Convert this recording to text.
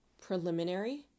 preliminary